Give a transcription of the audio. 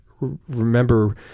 Remember